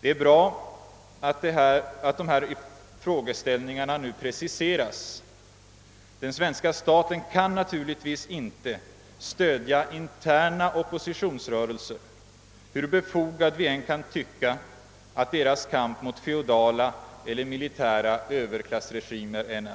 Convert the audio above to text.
Det är bra att dessa frågeställningar nu preciseras. Den svenska staten kan naturligtvis inte stödja interna oppositionsrörelser, hur befogad vi än kan tycka att deras kamp mot feodala eller militära överklassregimer är.